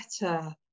better